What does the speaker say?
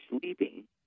sleeping